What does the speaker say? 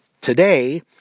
Today